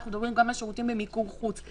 אנחנו מדברים גם על שירותים במיקור חוץ.